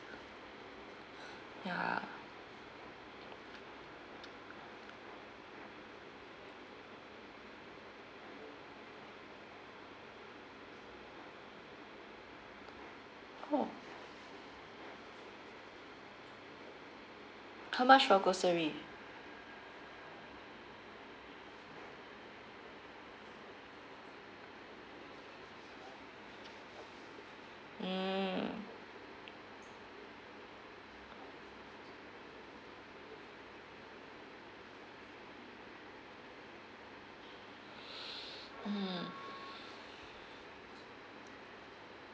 ya oh how much for grocery mm mm